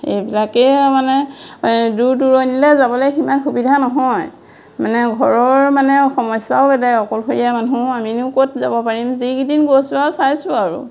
এইবিলাকে মানে দূৰ দূৰণিলে যাবলে সিমান সুবিধা নহয় মানে ঘৰৰ মানে সমস্যাও বেলেগ অকলশৰীয়া মানুহ আমিনো ক'ত যাব পাৰিম যি কেইদিন গৈছোঁ আৰু চাইছোঁ আৰু